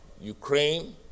Ukraine